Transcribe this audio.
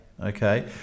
Okay